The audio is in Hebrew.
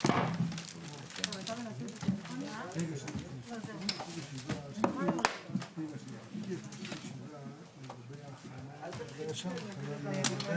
12:09.